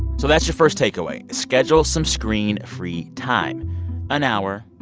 so that's your first takeaway. schedule some screen-free time an hour,